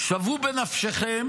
שוו בנפשכם